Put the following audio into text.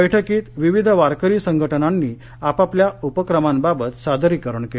बैठकीत विविध वारकरी संघटनांनी आपापल्या उपक्रमांबाबत सादरीकरण केलं